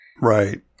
Right